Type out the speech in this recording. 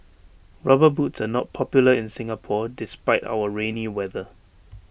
rubber boots are not popular in Singapore despite our rainy weather